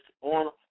on